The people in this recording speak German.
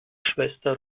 schwester